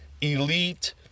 elite